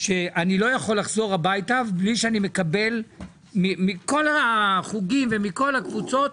שאני לא יכול לחזור הביתה בלי שאני מקבל מכל החוגים ומכל הקבוצות